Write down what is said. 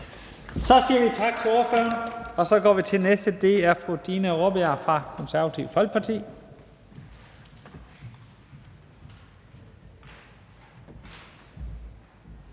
Vi siger tak til ordføreren og går til den næste. Det er fru Dina Raabjerg fra Det Konservative Folkeparti.